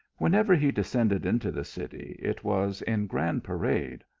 whenever he descended into the city, it was in grand parade,